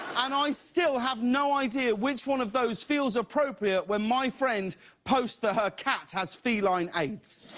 and i still have no idea which one of those feels appropriate when my friend posts that her cat has feline aids.